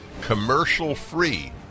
commercial-free